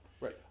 Right